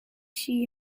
she